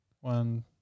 one